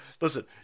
Listen